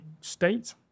state